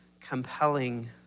compelling